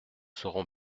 serons